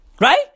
Right